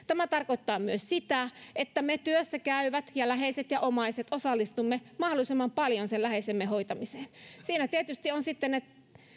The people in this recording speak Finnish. tämä tarkoittaa myös sitä että me työssäkäyvät ja läheiset ja omaiset osallistumme mahdollisimman paljon sen läheisemme hoitamiseen tietysti on sitten ne